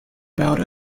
about